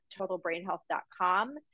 TotalBrainHealth.com